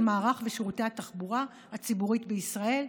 מערך ושירותי התחבורה הציבורית בישראל.